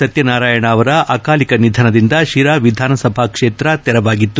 ಸತ್ಯನಾರಾಯಣ ಅವರ ಅಕಾಲಿಕ ನಿಧನದಿಂದ ಶಿರಾ ವಿಧಾನಸಭಾ ಕ್ಷೇತ್ರ ತೆರವಾಗಿತ್ತು